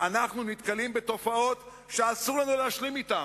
נתקלים בתופעות שאסור לנו להשלים אתן,